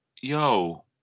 yo